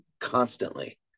constantly